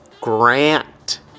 Grant